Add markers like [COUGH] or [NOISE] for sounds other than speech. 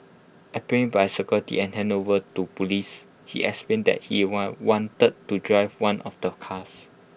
apprehended by security and handed over to Police he explained that he had [NOISE] wanted to drive one of the cars